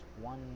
one